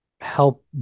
help